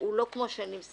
הוא לא כפי שנמסר.